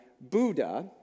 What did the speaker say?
Buddha